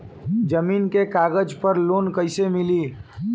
जमीन के कागज पर लोन कइसे मिली?